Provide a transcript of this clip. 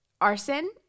arson